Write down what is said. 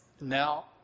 now